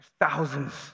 thousands